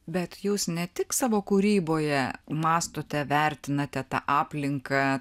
bet jūs ne tik savo kūryboje mąstote vertinate tą aplinką